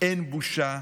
אין בושה.